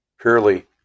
Purely